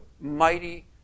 mighty